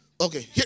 Okay